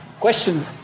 question